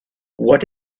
what